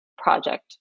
Project